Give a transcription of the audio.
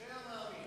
אשרי המאמין.